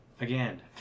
again